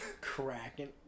cracking